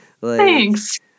Thanks